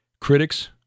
critics